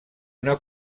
una